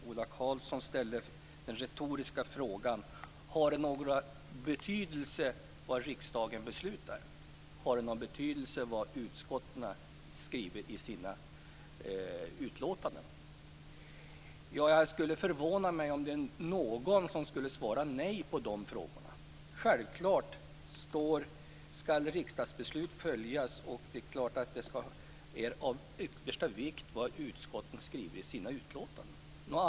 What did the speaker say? Ola Karlsson ställde den retoriska frågan om det har någon betydelse vad riksdagen beslutar. Har det någon betydelse vad utskotten skriver i sina utlåtanden? Det skulle förvåna mig om någon skulle svara nej på frågorna. Självklart ska riksdagsbeslut följas. Det är klart att det är av yttersta vikt vad utskotten skriver i sina utlåtanden.